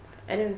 and then